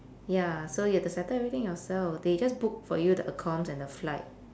ya so you have to settle everything yourself they just book for you the accoms and the flight